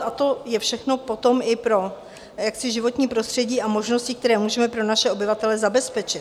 A to je všechno potom i jaksi pro životní prostředí a možnosti, které můžeme pro naše obyvatele zabezpečit.